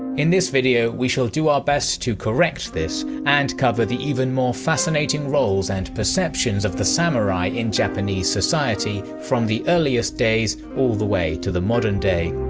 in this video we shall do our best to correct this, and cover the even more fascinating roles and perceptions of the samurai in japanese society from the earliest days all the way to the modern day.